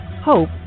Hope